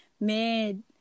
made